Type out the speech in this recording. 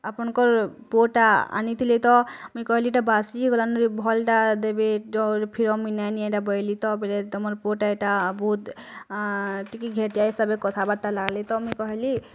ଆପଣଙ୍କର ପୁଅଟା ଆଣିଥିନେ ତ ମୁଇଁ କହିନି ଏଇଟା ବାସି ହେଇଗଲାନି ଭଲ୍ଟା ଦେବେ ଡ଼ ଫିରମି ନାଇନିଆନି ଏଇଟା ବୋଇଲି ତ ବୋଲେ ତମର ପୁଅଟା ଏଇଟା ବହୁତ ଟିକେ ଘେଟିଆ ହିସାବ୍ରେ କଥା ବାର୍ତା ଲାଗିଲ୍ ତ ମୁଇଁ କହିଲି